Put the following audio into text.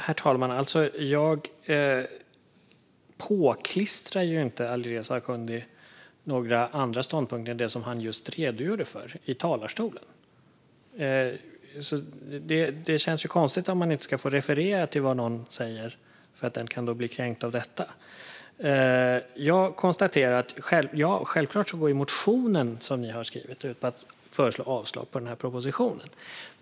Herr talman! Jag påklistrar inte Alireza Akhondi några andra ståndpunkter än dem han just redogjorde för i talarstolen. Det blir konstigt om man inte får referera till vad någon har sagt för att den kan blir kränkt av det. Självklart går den motion som ni har skrivit ut på att föreslå avslag på propositionen.